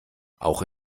auch